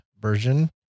version